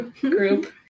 group